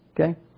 Okay